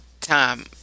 time